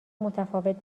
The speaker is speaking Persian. متفاوت